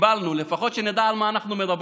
לפחות שנדע על מה אנחנו מדברים.